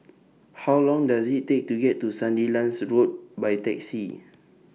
How Long Does IT Take to get to Sandilands Road By Taxi